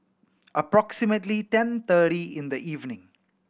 approximately ten thirty in the evening